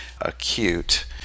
acute